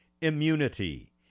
immunity